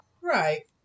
right